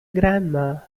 grandma